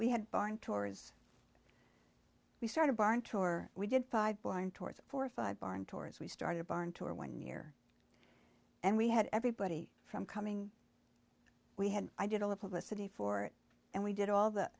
we had barn tours we started barn tore we did five born towards four or five barn tours we started barn tour one year and we had everybody from coming we had i did all the publicity for it and we did all that